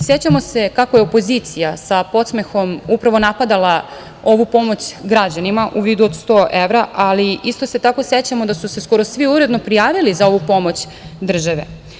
Sećamo se kako je opozicija sa podsmehom upravo napadala ovu pomoć građanima u vidu od 100 evra, ali isto se tako sećamo da su se skoro svi uredno prijavili za ovu pomoć države.